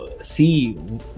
see